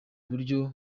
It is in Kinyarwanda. buryo